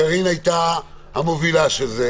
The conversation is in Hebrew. קארין הייתה המובילה של זה